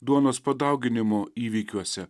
duonos padauginimo įvykiuose